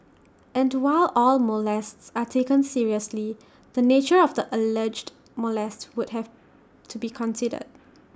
and while all molests are taken seriously the nature of the alleged molest would have to be considered